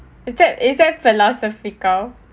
is that is that philosophical